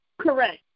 Correct